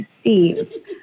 Steve